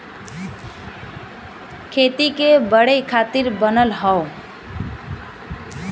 खेती के बढ़े खातिर बनल हौ